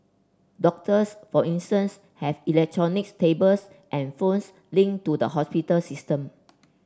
doctors for instance have electronic tablets and phones linked to the hospital system